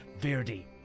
Verdi